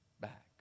back